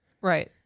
Right